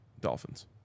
Dolphins